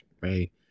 Right